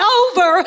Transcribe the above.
over